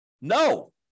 No